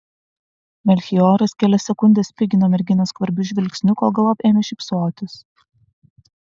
melchioras kelias sekundes spigino merginą skvarbiu žvilgsniu kol galop ėmė šypsotis